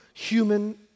human